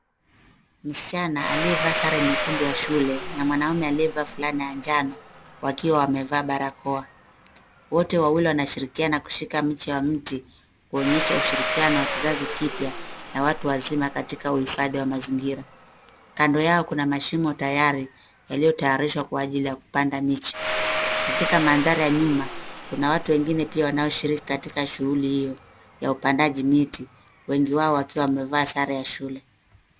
Msichana aliyevaa sare ya shule na mwanaume aliyevaa fulana ya njano wakiwa wamevaa barakoa. Wote wawili wanashirikiana kushika mche wa mti kuonyesha ushirikiano wa kizazi kipya na watu wazima katika uhifadhi wa mazingira. Kando yao, kuna mashimo tayari yaliyotayarishwa kwa ajili wa kupanda miche. Katika mandhari ya nyuma, kuna watu wengine pia wanaoshiriki katika shughuli hiyo ya upandaji miti, wengi wao wakiwa wamevaa sare ya shule.